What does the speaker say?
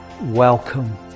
welcome